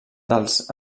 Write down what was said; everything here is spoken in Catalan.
dels